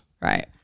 Right